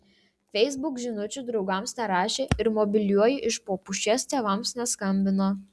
facebook žinučių draugams nerašė ir mobiliuoju iš po pušies tėvams neskambino